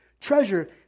treasure